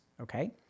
okay